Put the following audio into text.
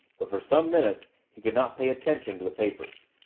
but for some minutes he could not pay attention to the papers.